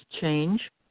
change